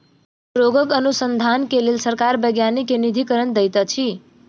रोगक अनुसन्धान के लेल सरकार वैज्ञानिक के निधिकरण दैत अछि